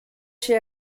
się